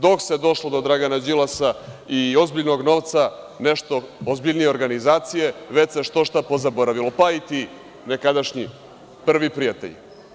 Dok se došlo do Dragana Đilasa i ozbiljnog novca, nešto ozbiljnije organizacije već se što-šta pozaboravilo, pa i ti nekadašnji prvi prijatelji.